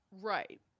Right